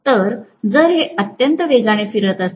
तर जर ते अत्यंत वेगाने फिरत असेल